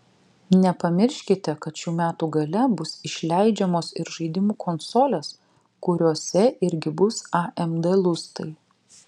nepamirškite kad šių metų gale bus išleidžiamos ir žaidimų konsolės kuriose irgi bus amd lustai